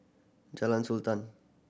Jalan Sultan